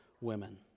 women